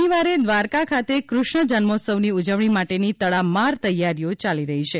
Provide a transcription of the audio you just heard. શનિવારે દ્વારકા ખાતે કૃષ્ણ જન્મોત્સવની ઉજવણી માટેની તડામાર તૈયારીઓ ચાલી રહી છે